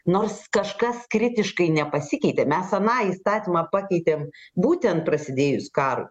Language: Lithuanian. nors kažkas kritiškai nepasikeitė mes aną įstatymą pakeitėm būtent prasidėjus karui